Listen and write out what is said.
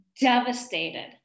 devastated